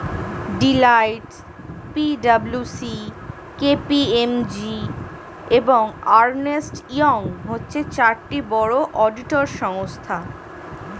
Deloitte, P W C, K P M G, এবং Ernst Young হচ্ছে চারটি বড় অডিটর সংস্থা